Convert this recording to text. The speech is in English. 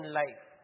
life